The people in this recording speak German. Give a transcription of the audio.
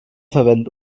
verwendet